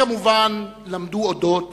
שכמובן למדו "על אודות",